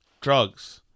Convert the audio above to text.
drugs